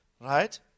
right